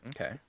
Okay